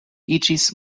iĝis